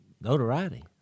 notoriety